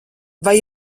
vai